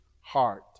heart